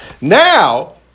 Now